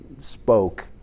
spoke